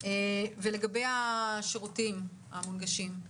לגבי השירותים המונגשים,